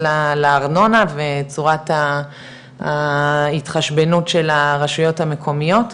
לארנונה וצורת ההתחשבנות של הרשויות המקומיות,